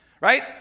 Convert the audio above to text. right